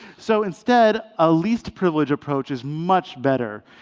so instead, a least privilege approach is much better.